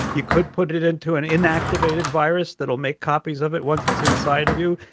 you could put it it into an inactivated virus that will make copies of it once it's inside of you.